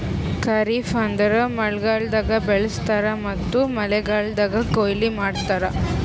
ಖರಿಫ್ ಅಂದುರ್ ಮಳೆಗಾಲ್ದಾಗ್ ಬೆಳುಸ್ತಾರ್ ಮತ್ತ ಮಳೆಗಾಲ್ದಾಗ್ ಕೊಯ್ಲಿ ಮಾಡ್ತಾರ್